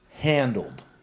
Handled